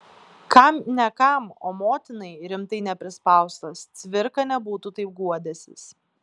kam ne kam o motinai rimtai neprispaustas cvirka nebūtų taip guodęsis